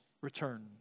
return